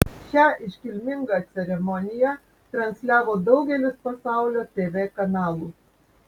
šią iškilmingą ceremoniją transliavo daugelis pasaulio tv kanalų